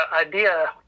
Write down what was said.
idea